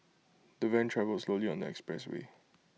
the van travelled slowly on the expressway